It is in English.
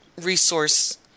resource